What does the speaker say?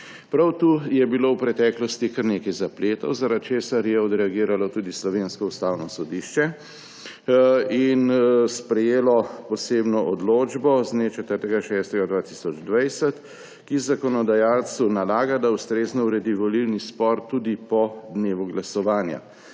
Prav tu je bilo v preteklosti kar nekaj zapletov, zaradi česar je odreagiralo tudi slovensko Ustavno sodišče in sprejelo posebno odločbo z dne 4. 6. 2020, ki zakonodajalcu nalaga, da ustrezno uredi volilni spor tudi po dnevu glasovanja.